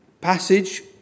passage